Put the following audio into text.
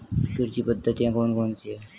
कृषि पद्धतियाँ कौन कौन सी हैं?